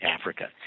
Africa